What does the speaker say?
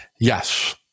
Yes